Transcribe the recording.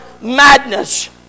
madness